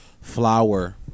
Flower